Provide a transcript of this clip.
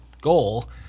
goal